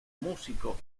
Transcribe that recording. músico